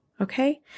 Okay